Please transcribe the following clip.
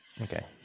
Okay